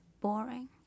boring